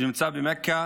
שנמצא במכה,